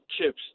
chips